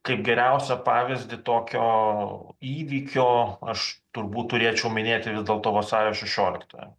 kaip geriausią pavyzdį tokio įvykio aš turbūt turėčiau minėti vis dėlto vasario šešioliktąją